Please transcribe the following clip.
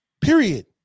Period